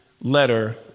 letter